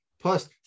Plus